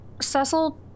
Cecil